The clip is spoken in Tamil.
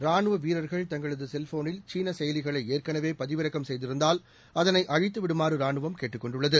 ராணுவ வீரர்கள் தங்களது செல்ஃபோனில் சீன செயலிகளை ஏற்கனவே பதிவிறக்கம் செய்திருந்தால் அதனை அழித்துவிடுமாறு ராணுவம் கேட்டுக் கொண்டுள்ளது